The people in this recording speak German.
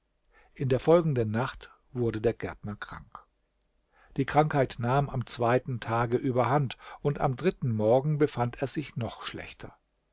in der folgenden nacht wurde der gärtner krank die krankheit nahm am zweiten tage überhand und am dritten morgen befand er sich noch schlechter